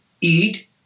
eat